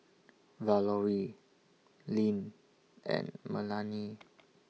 Valorie Lynn and Melany